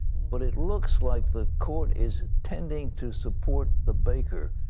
but it looks like the court is intending to support the baker.